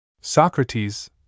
Socrates